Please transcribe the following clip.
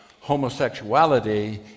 homosexuality